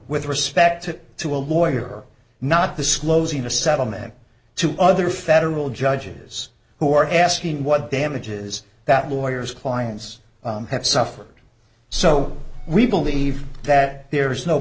with respect to to a lawyer not disclosing a settlement to other federal judges who asking what damages that lawyers clients have suffered so we believe that there is no